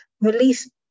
Release